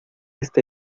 este